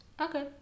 Okay